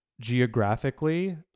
geographically